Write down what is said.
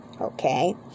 Okay